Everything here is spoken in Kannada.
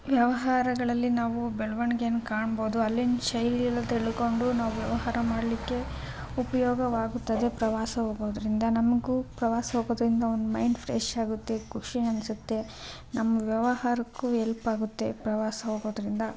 ವ್ಯವಹಾರಗಳಲ್ಲಿ ನಾವು ಬೆಳವಣಿಗೆನ ಕಾಣ್ಬೋದು ಅಲ್ಲಿನ ಶೈಲಿ ಎಲ್ಲ ತಿಳ್ಕೊಂಡು ನಾವು ವ್ಯವಹಾರ ಮಾಡಲಿಕ್ಕೆ ಉಪಯೋಗವಾಗುತ್ತದೆ ಪ್ರವಾಸ ಹೋಗೋದರಿಂದ ನಮಗೂ ಪ್ರವಾಸ ಹೋಗೋದರಿಂದ ಒಂದು ಮೈಂಡ್ ಫ್ರೆಶ್ ಆಗುತ್ತೆ ಖುಷಿ ಅನ್ನಿಸುತ್ತೆ ನಮ್ಮ ವ್ಯವಹಾರಕ್ಕೂ ಎಲ್ಪ್ ಆಗುತ್ತೆ ಪ್ರವಾಸ ಹೋಗೋದರಿಂದ